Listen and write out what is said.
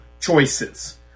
choices